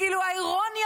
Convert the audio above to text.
כאילו, האירוניה